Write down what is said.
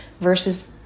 versus